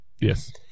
Yes